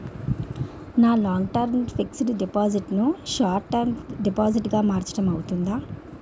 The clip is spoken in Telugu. నా లాంగ్ టర్మ్ ఫిక్సడ్ డిపాజిట్ ను షార్ట్ టర్మ్ డిపాజిట్ గా మార్చటం అవ్తుందా?